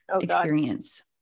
experience